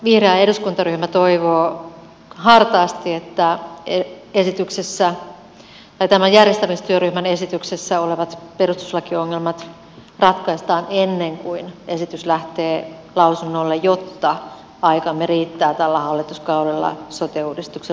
vihreä eduskuntaryhmä toivoo hartaasti että tämän järjestämistyöryhmän esityksessä olevat perustuslakiongelmat ratkaistaan ennen kuin esitys lähtee lausunnolle jotta aikamme riittää tällä hallituskaudella sote uudistuksen loppuun viemiseen